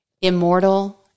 Immortal